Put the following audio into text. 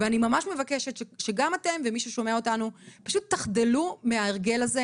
אני ממש מבקשת שגם אתם ומי ששומע אותנו פשוט תחדלו מההרגל הזה.